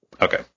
Okay